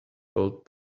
built